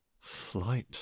Slight